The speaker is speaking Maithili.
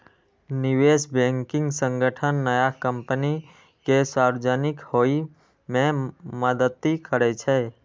निवेश बैंकिंग संगठन नया कंपनी कें सार्वजनिक होइ मे मदति करै छै